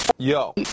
Yo